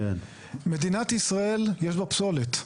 מדינת ישראל יש לה פסולת,